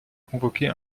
convoquer